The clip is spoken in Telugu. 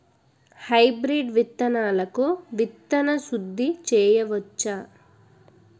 హైబ్రిడ్ విత్తనాలకు విత్తన శుద్ది చేయవచ్చ?